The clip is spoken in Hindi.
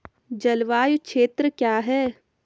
जलवायु क्षेत्र क्या है?